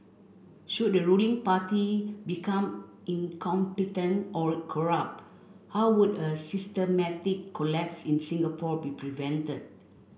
should the ruling party become incompetent or corrupt how would a systematic collapse in Singapore be prevented